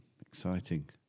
Exciting